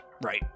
Right